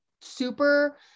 super